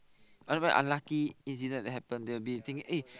whatever unlucky incident that happen they will be thinking eh